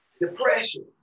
Depression